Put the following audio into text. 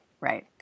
right